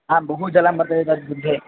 आं बहु जलं वर्तते तद् दुग्धे